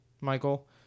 Michael